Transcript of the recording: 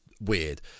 weird